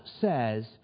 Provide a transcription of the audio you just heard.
says